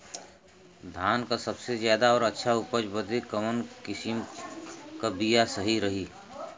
धान क सबसे ज्यादा और अच्छा उपज बदे कवन किसीम क बिया सही रही?